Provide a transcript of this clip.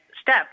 step